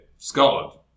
Scotland